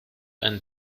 ein